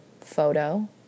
photo